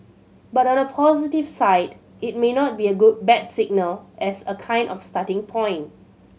but on the positive side it may not be a good bad signal as a kind of starting point